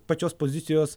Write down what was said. pačios pozicijos